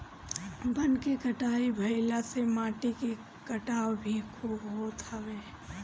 वन के कटाई भाइला से माटी के कटाव भी खूब होत हवे